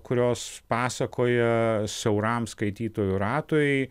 kurios pasakoja siauram skaitytojų ratui